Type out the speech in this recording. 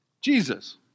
Jesus